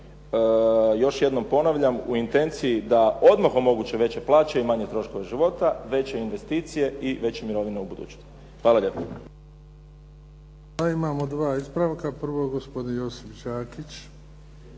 još jednom ponavljam u intenciji da odmah omoguće veće plaće i manje troškove života, veće investicije i veće mirovine u budućnosti. Hvala lijepo.